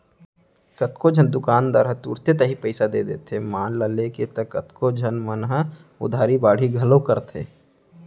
कतको झन दुकानदार ह तुरते ताही पइसा दे देथे माल ल लेके त कतको झन मन ह उधारी बाड़ही घलौ करथे